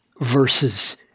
verses